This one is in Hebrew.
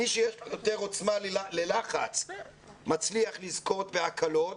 מי שיש לו יותר עוצמה ללחץ מצליח לזכות בהקלות,